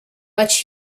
which